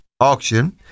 auction